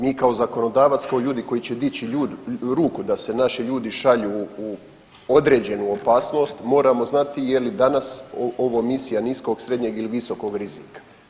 Mi kao zakonodavac kao ljudi koji će dići ruku da se naši ljudi šalju u određenu opasnost moramo znati je li danas ovo misija niskog, srednjeg ili visokog rizika.